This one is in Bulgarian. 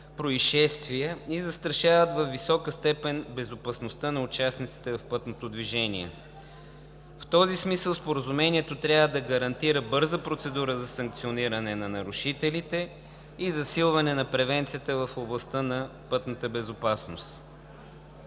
и застрашават във висока степен безопасността на участниците в пътното движение. В този смисъл Споразумението трябва да гарантира бърза процедура за санкциониране на нарушителите и засилване на превенцията в областта на пътната безопасност.